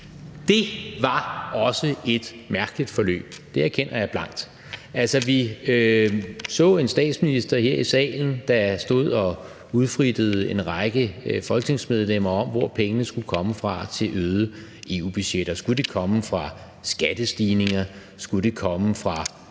Det var også et mærkeligt forløb. Det erkender jeg blankt. Altså, vi så en statsminister her i salen, der stod og udfrittede en række folketingsmedlemmer om, hvor pengene skulle komme fra til de øgede EU-budgetter. Skulle de komme fra skattestigninger, skulle de komme fra